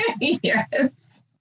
Yes